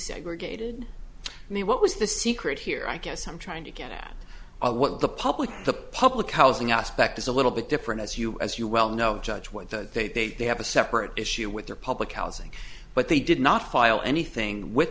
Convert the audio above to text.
segregated and what was the secret here i guess i'm trying to get at what the public the public housing aspect is a little bit different as you as you well know judge what the they they have a separate issue with their public housing but they did not file anything with